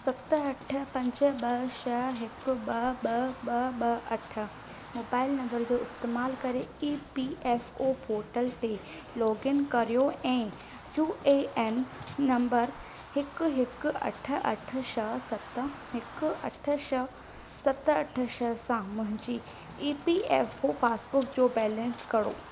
सत अठ पंज ॿ छ हिकु ॿ ॿ ॿ ॿ अठ मोबाइल नंम्बर जो इस्तमाल करे E P F O portal ते लोगिन करियो ऐं यू ए एन नंम्बर हिकु हिकु अठ अठ छ सत हिकु अठ छ सत अठ छ सां मुहिंजी E P F O passport जो बेलेंस कढो